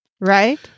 Right